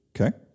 Okay